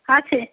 আছে